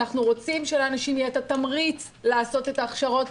אנחנו רוצים שלאנשים יהיה את התמריץ לעשות את ההכשרות